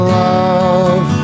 love